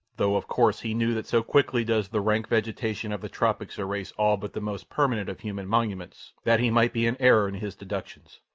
though, of course, he knew that so quickly does the rank vegetation of the tropics erase all but the most permanent of human monuments that he might be in error in his deductions.